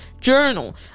journal